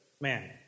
man